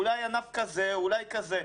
אולי ענף כזה, אולי כזה.